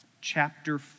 chapter